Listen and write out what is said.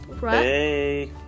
hey